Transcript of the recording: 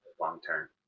long-term